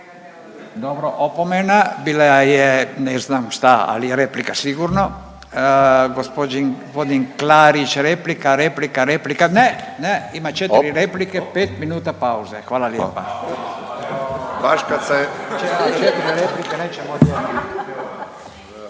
Dobro opomena, bila je ne znam šta, ali je replika sigurno. Gospodin Klarić, replika, replika, replika. Ne, ne. Ima 4 replike. 5 minuta pauze. Hvala lijepa. STANKA U 17,00 SATI. **Radin,